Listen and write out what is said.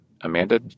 Amanda